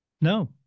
No